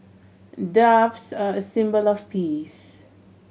doves are a symbol of peace